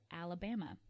alabama